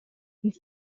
une